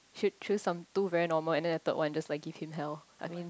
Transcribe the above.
should choose some two very normal and then the third one just like give him hell I mean